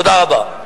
תודה רבה.